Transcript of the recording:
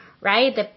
right